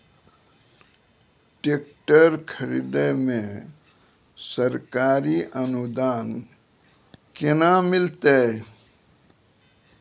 Tractor खरीदै मे सरकारी अनुदान केना मिलतै?